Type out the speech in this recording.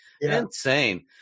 Insane